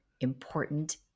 important